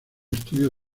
estudio